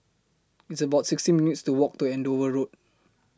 It's about sixteen minutes' to Walk to Andover Road